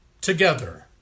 together